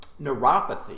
neuropathy